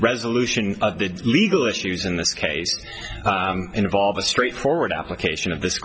resolution of the legal issues in this case involves a straightforward application of this